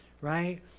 right